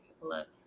look